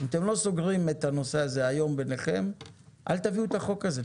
אם אתם לא סוגרים את הנושא היום ביניכם אל תביאו את החוק הזה,